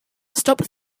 stop